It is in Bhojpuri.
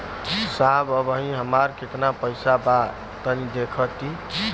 साहब अबहीं हमार कितना पइसा बा तनि देखति?